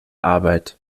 arbeit